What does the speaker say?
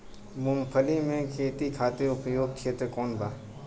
मूँगफली के खेती खातिर उपयुक्त क्षेत्र कौन वा?